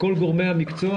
כל גורמי המקצוע,